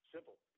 Simple